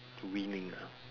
winning ah